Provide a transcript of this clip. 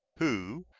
who,